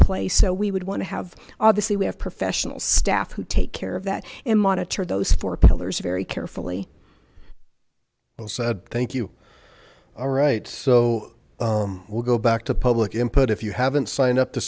play so we would want to have obviously we have professionals staff who take care of that and monitor those four pillars very carefully well sad thank you all right so we'll go back to public input if you haven't signed